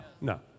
no